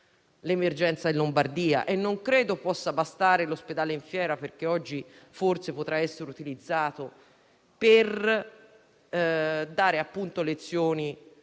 l'emergenza in Lombardia; e non credo possa bastare l'ospedale in Fiera, che oggi forse potrà essere utilizzato, per dare lezioni